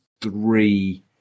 three